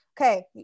okay